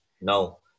No